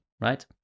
right